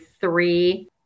three